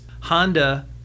Honda